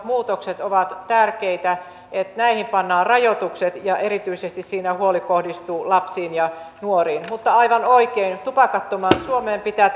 muutokset ovat tärkeitä että näihin pannaan rajoitukset ja siinä huoli erityisesti kohdistuu lapsiin ja nuoriin mutta aivan oikein tätä askellusta tupakattomaan suomeen pitää